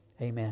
Amen